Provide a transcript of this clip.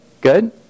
good